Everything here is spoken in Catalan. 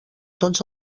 tots